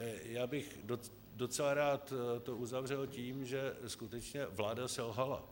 Já bych to docela rád uzavřel tím, že skutečně vláda selhala.